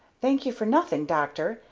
thank you, for nothing, doctor,